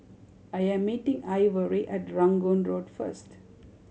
I am meeting Ivory at Rangoon Road first